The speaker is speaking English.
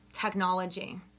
technology